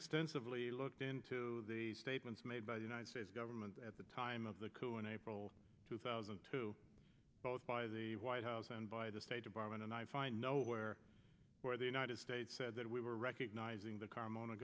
extensively looked into the statements by the united states government at the time of the coup in april two thousand and two both by the white house and by the state department and i find nowhere where the united states said that we were recognizing the carmona